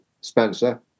Spencer